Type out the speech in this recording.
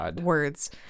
words